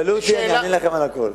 תשאלו אותי, אני אענה לכם על הכול.